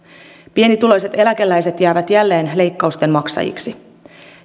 pienituloiset eläkeläiset jäävät jälleen leikkausten maksajiksi